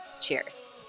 cheers